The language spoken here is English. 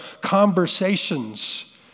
conversations